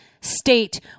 state